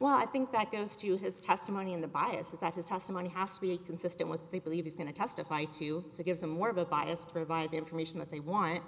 well i think that goes to his testimony in the biases that his testimony has to be consistent what they believe is going to testify to to give them more of a biased provide the information that they want